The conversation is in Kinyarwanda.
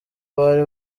bari